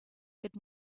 could